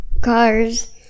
cars